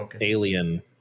alien